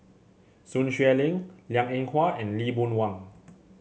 Sun Xueling Liang Eng Hwa and Lee Boon Wang